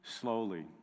slowly